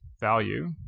value